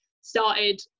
started